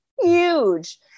huge